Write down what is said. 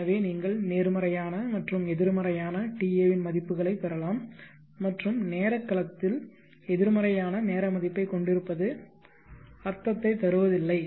எனவே நீங்கள் நேர்மறையான மற்றும் எதிர்மறையான ta இன் மதிப்புகளைப் பெறலாம் மற்றும் நேரக் களத்தில் எதிர்மறையான நேர மதிப்பைக் கொண்டிருப்பது அர்த்தத்தைத் தருவதில்லை